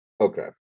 Okay